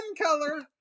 color